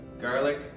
garlic